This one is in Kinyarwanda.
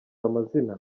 amazina